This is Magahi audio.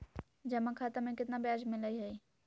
जमा खाता में केतना ब्याज मिलई हई?